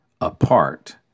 apart